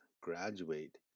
graduate